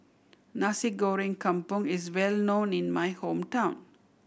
Nasi Goreng Kampung is well known in my hometown